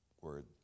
word